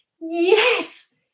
yes